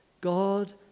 God